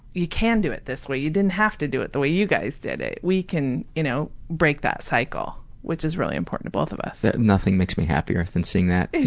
you can do it this way. you didn't have to do it the way you guys did it. we can, you know, break that cycle. which is really important to both of us. nothing makes me happier than seeing that.